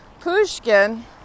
Pushkin